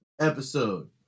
episode